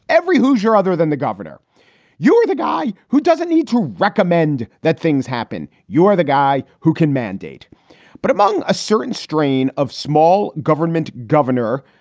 every who's your other than the governor, you you're the guy who doesn't need to recommend that things happen. you are the guy who can mandate but among a certain strain of small government. governor,